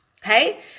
Hey